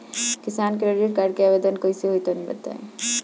किसान credit card के आवेदन कईसे होई तनि बताई?